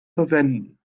verwenden